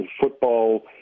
football